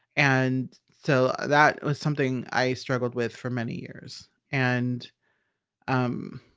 and so that was something i struggled with for many years and um